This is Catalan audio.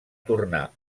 tornar